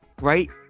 right